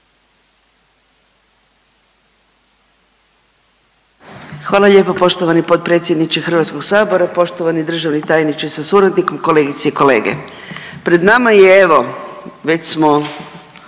Hvala lijepo poštovani potpredsjedniče Hrvatskog sabora. Poštovani državni tajniče sa suradnikom, kolegice i kolege, pred nama je evo već smo